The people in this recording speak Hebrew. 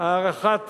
הארכת